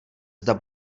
zda